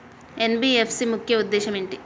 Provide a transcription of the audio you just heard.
NBFC ముఖ్య ఉద్దేశం ఏంటి?